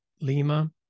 lima